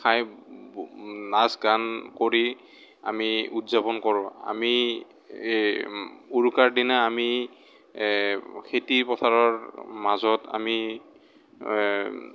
খাই নাচ গান কৰি আমি উদযাপন কৰোঁ আমি উৰুকাৰ দিনা আমি খেতি পথাৰৰ মাজত আমি